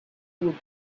would